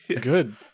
good